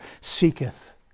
seeketh